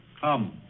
Come